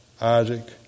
Isaac